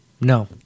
No